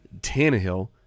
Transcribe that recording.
Tannehill